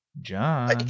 John